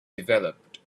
developed